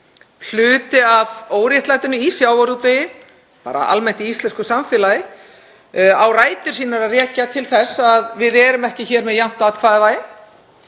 Hluti af óréttlætinu í sjávarútvegi og almennt í íslensku samfélagi á rætur sínar að rekja til þess að við erum ekki með jafnt atkvæðavægi.